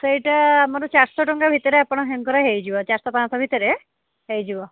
ସେଇଟା ଆମର ଚାରି ଶହ ଟଙ୍କା ଭିତରେ ଆପଣ ହ୍ୟାଙ୍ଗର ହେଇଯିବ ଚାରି ଶହ ପାଞ୍ଚ ଶହ ଭିତରେ ହେଇଯିବ